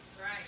Right